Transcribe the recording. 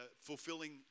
Fulfilling